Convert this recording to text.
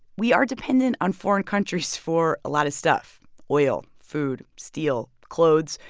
we are dependent on foreign countries for a lot of stuff oil, food, steel, clothes.